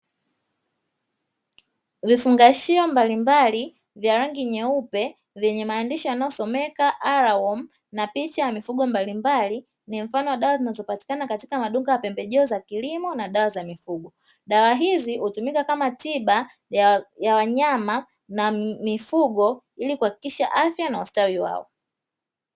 Vifungashio mbalimbali vya rangi nyeupe vyenye maandishi yanayosomeka R WORM na picha ya mifugo mbalimbali ni mfano wa dawa zinazopatikana katika maduka ya pembejeo za kilimo na dawa za kilimo. Dawa hizi hutumika kama tiiba za wanyama na mifugoili kuhakikisha afya na ustawi wao.